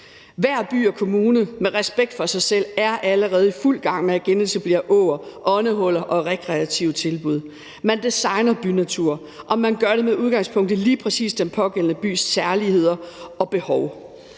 Hver by og kommune med respekt for sig selv er allerede i fuld gang med at genetablere åer og lave åndehuller og rekreative tilbud. Man designer bynatur, og man gør det med udgangspunkt i lige præcis den pågældende bys særpræg og behov.